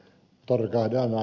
olli kaidalla